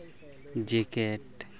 jacket